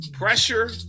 Pressure